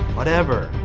whatever.